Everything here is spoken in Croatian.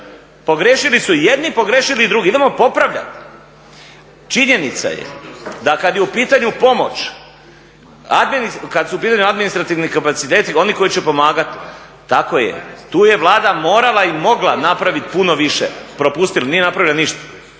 Pogriješili su jedni, pogriješili i drugi. Idemo popravljati. Činjenica je da kada je u pitanju pomoć, kada su u pitanju administrativni kapaciteti oni koji će pomagati, tako je, tu je Vlada morala i mogla napraviti puno više. Propustila, nije napravila ništa.